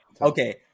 okay